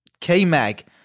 K-Mag